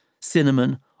cinnamon